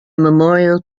memorial